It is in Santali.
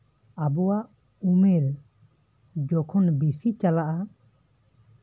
ᱟᱵᱚᱣᱟᱜ ᱩᱢᱮᱨ ᱡᱚᱠᱷᱚᱱ ᱵᱮᱥᱤ ᱪᱟᱞᱟᱜᱼᱟ